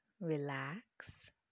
relax